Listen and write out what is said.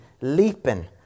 leaping